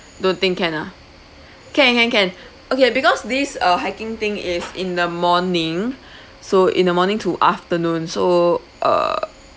don't think can ah can can can okay because this uh hiking thing is in the morning so in the morning to afternoon so uh